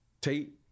Tate